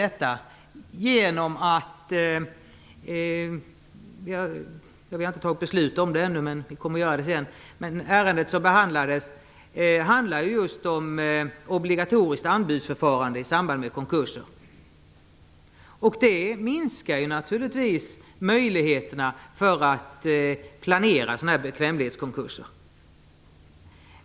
Ett tidigare ärende i dag handlade ju just om obligatoriskt anbudsförfarande i samband med konkurser. Det minskar naturligtvis möjligheterna att planera bekvämlighetskonkurser.